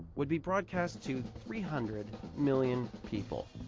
would be broadcast to three hundred million people.